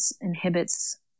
inhibits